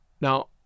Now